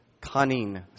cunning